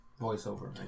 voiceover